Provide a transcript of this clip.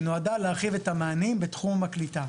שנועדה להרחיב את המענים בתחום הקליטה.